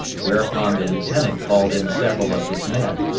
whereupon the lieutenant called in several of his men,